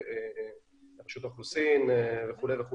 רשות האוכלוסין וכולי.